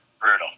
Brutal